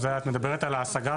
זה את מדברת על ההשגה,